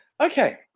Okay